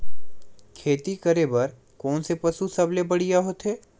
खेती करे बर कोन से पशु सबले बढ़िया होथे?